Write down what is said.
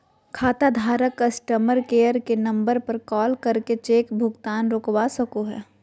खाताधारक customer care के number पर कॉल करके चेक भुगतान रोकवा सको हय